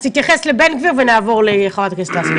אז תתייחס לבן גביר ונעבור לחברת הכנסת לסקי.